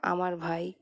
আমার ভাই